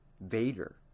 Vader